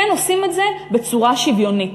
כן עושים את זה בצורה שוויונית.